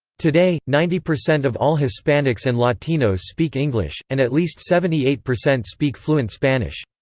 today, ninety percent of all hispanics and latinos speak english, and at least seventy eight percent speak fluent spanish.